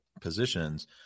positions